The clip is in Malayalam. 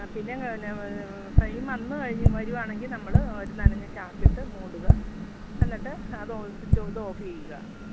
അ പിന്നെ എന്ന ഫ്ളെയിം വന്ന് കഴിഞ്ഞ് വരുവാണെങ്കിൽ നമ്മൾ ഒരു നനഞ്ഞ ചാക്കിട്ട് മൂടുക എന്നിട്ട് അത് സ്വിച്ചോ ഇത് ഓഫ് ചെയ്യുക